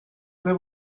there